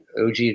OG